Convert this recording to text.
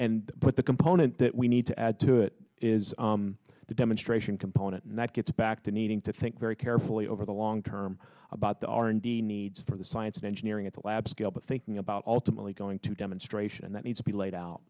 and but the component that we need to add to it is the demonstration component and that gets back to needing to think very carefully over the long term about the r and d needs for the science and engineering at the lab scale but thinking about ultimately going to demonstration that need to be laid out